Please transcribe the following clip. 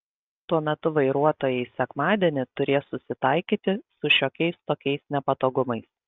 tuo metu vairuotojai sekmadienį turės susitaikyti su šiokiais tokiais nepatogumais